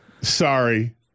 sorry